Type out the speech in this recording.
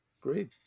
great